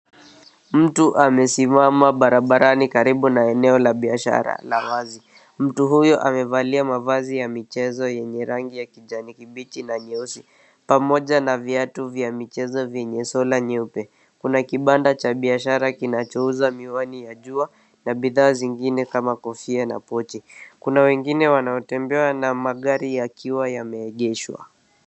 Mtu amesimama barabarani karibu na eneo la biashara la wazi. Mtu huyo amevalia mavazi ya michezo yenye rangi ya kijani kibichi na nyeusi pamoja na viatu vya michezo vyenye sole nyeupe. Kuna kibanda cha biashara kinachouza miwani ya jua na bidhaa zingine kama kofia na pochi. Kuna wengine wanaotembea na magari yakiwa yameegeshwa.